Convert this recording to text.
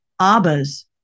ABBA's